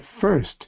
first